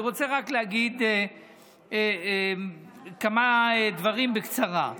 אני רוצה רק להגיד כמה דברים בקצרה.